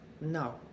No